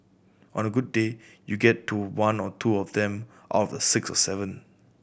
on a good day you get to one or two of them of the six or seven